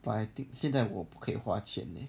but I think 现在我不可以花钱的